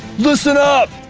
listen up!